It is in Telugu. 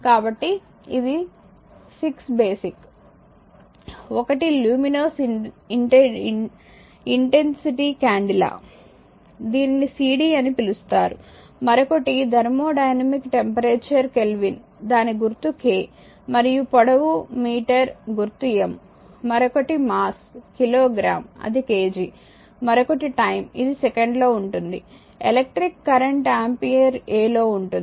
కాబట్టి ఇది 6 బేసిక్ ఒకటి లుమినోస్ ఇంటెన్సిటీ కాండేలా దీనిని సిడి అని పిలుస్తారు మరొకటి థర్మోడైనమిక్ టెంపరేచర్ కెల్విన్ దాని గుర్తు K మరియు పొడవు మీటర్ గుర్తు m మరొకటి మాస్ కిలోగ్రాము అది కేజీ మరొకటి టైమ్ ఇది సెకండ్ లో ఉంటుంది ఎలక్ట్రిక్ కరెంట్ ఆంపియర్ A లో ఉంటుంది